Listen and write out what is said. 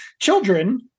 children